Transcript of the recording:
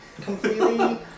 completely